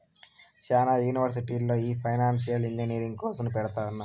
శ్యానా యూనివర్సిటీల్లో ఈ ఫైనాన్సియల్ ఇంజనీరింగ్ కోర్సును పెడుతున్నారు